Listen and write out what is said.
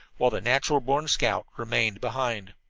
while the natural-born scout remained behind.